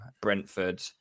Brentford